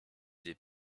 des